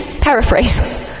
paraphrase